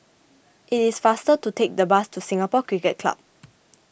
it is faster to take the bus to Singapore Cricket Club